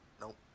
Nope